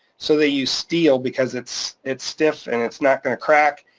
so they use steal because it's it's stiff and it's not gonna crack,